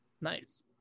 nice